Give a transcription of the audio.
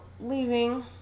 leaving